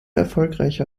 erfolgreicher